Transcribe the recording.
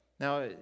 Now